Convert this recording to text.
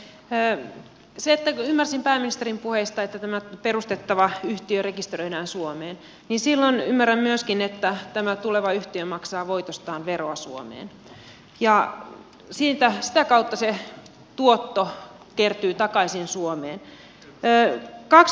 kun ymmärsin pääministerin puheista että tämä perustettava yhtiö rekisteröidään suomeen niin silloin ymmärrän myöskin että tämä tuleva yhtiö maksaa voitostaan veroa suomeen ja sitä kautta se tuotto kertyy takaisin suomeen